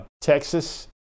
Texas